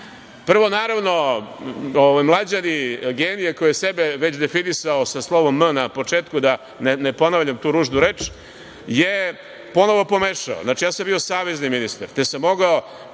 prvo, naravno, ovaj mlađani genije koji sebe već definisao sa slovom „m“ na početku da ne ponavljam tu ružnu reč, je ponovo pomešao. Znači, ja sam bio savezni ministar, te sam mogao